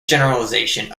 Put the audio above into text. generalization